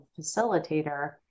facilitator